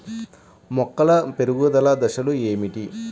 మొక్కల పెరుగుదల దశలు ఏమిటి?